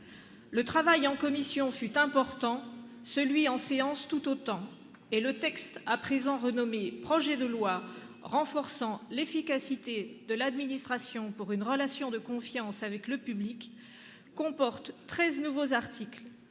Le travail en commission fut important, le travail en séance publique le fut tout autant, et le texte- à présent renommé « projet de loi renforçant l'efficacité de l'administration pour une relation de confiance avec le public » -comporte treize nouveaux articles,